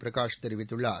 பிரகாஷ் தெரிவித்துள்ளார்